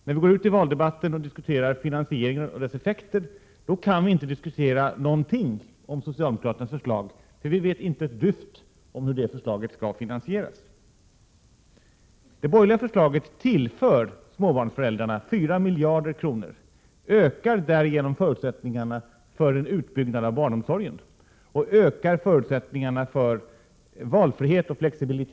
När vi går ut i valdebatten och diskuterar finansieringen och dess effekter kan vi inte föra någon diskussion om socialdemokraternas förslag, eftersom vi inte vet ett dyft om hur det förslaget skall finansieras. Det borgerliga förslaget tillför småbarnsföräldrarna 4 miljarder kronor och ökar därigenom förutsättningarna för en utbyggnad av barnomsorgen och för valfrihet och flexibilitet.